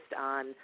on